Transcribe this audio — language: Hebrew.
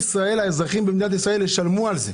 והאזרחים במדינת ישראל ישלמו על זה.